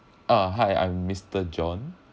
uh hi I'm mister john